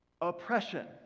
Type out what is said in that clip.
oppression